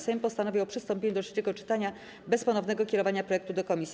Sejm postanowił o przystąpieniu do trzeciego czytania bez ponownego kierowania projektu do komisji.